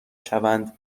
شوند